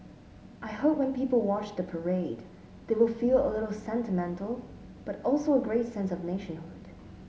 I hope when people watch the parade they will feel a little sentimental but also a great sense of nationhood